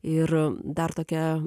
ir dar tokia